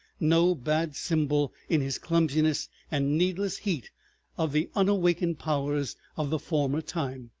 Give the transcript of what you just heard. no bad symbol in his clumsiness and needless heat of the unawakened powers of the former time.